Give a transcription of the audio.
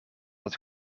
het